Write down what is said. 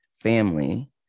family